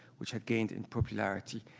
which had gained in popularity.